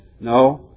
No